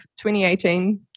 2018